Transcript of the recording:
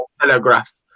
telegraph